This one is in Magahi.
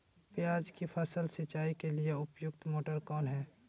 प्याज की फसल सिंचाई के लिए उपयुक्त मोटर कौन है?